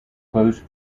close